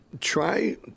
Try